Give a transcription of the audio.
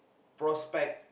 prospect